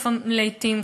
לעתים,